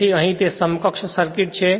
તેથી અહીં તે હવે સમકક્ષ સર્કિટ છે